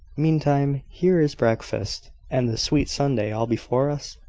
meantime, here is breakfast, and the sweet sunday all before us?